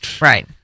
Right